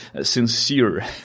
sincere